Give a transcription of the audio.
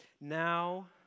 Now